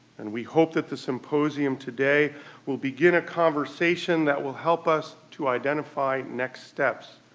and we hope that the symposium today will begin a conversation that will help us to identify next steps,